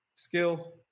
skill